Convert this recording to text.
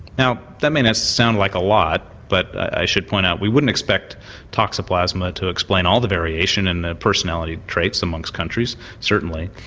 now that may sound like a lot but i should point out we wouldn't expect toxoplasma to explain all the variation and the personality traits amongst countries certainly.